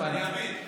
שאני אבין.